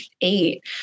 eight